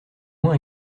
moins